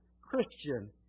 Christian